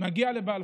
מגיעה לבלפור.